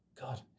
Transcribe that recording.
God